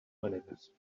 maneres